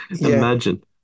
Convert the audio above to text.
Imagine